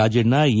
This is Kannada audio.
ರಾಜಣ್ಣ ಎ